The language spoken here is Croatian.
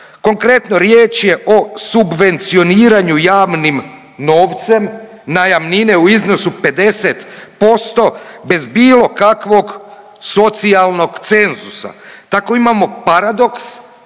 Konkretno riječ je o subvencioniranju javnim novcem najamnine u iznosu 50% bez bilo kakvog socijalnog cenzusa. Tako imamo paradoks